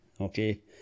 Okay